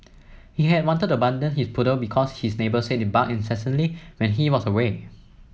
he had wanted to abandon his poodle because his neighbours said it barked incessantly when he was away